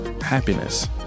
happiness